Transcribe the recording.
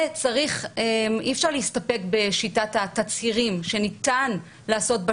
אי אפשר להסתפק רק בשיטת התצהירים שניתן לעשות בה